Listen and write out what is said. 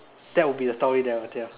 that would be the story that I would tell